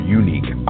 unique